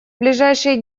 ближайшие